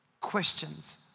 questions